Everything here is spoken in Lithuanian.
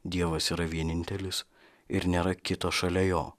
dievas yra vienintelis ir nėra kito šalia jo